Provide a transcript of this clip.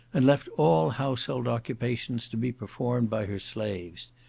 and left all household occupations to be performed by her slaves.